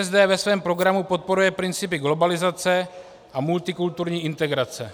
ČSSD ve svém programu podporuje principy globalizace a multikulturní integrace.